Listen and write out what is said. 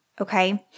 okay